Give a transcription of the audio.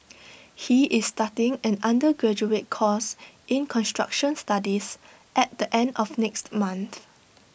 he is starting an undergraduate course in construction studies at the end of next month